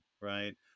right